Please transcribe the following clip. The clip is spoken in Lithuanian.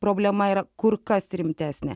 problema yra kur kas rimtesnė